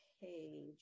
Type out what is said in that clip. page